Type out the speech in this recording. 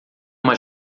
uma